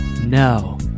No